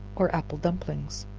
or apple dumplings.